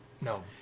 No